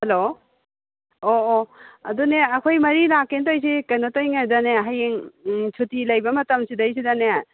hello ꯑꯣ ꯑꯣ ꯑꯗꯨꯅꯦ ꯑꯩꯈꯣꯏ ꯃꯔꯤ ꯂꯥꯛꯀꯦꯅ ꯇꯧꯔꯤꯁꯦ ꯀꯩꯅꯣ ꯇꯧꯔꯤꯉꯩꯗꯅꯦ ꯍꯌꯦꯡ ꯎꯪ ꯁꯨꯇꯤ ꯂꯩꯕ ꯃꯇꯝ ꯁꯤꯗꯩꯁꯤꯗꯅꯦ